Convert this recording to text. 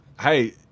Hey